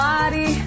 Body